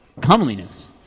Comeliness